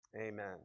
Amen